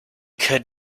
could